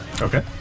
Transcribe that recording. Okay